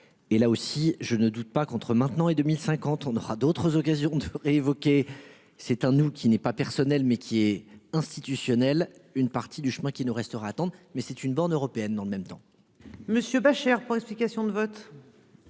et là aussi je ne doute pas qu'entre maintenant et 2050, on aura d'autres occasions d'évoquer, c'est un ou qui n'est pas personnel mais qui est institutionnel. Une partie du chemin qu'il nous restera attendre mais c'est une borne européenne dans le même temps monsieur Beuchere pas. Explications de vote.